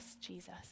Jesus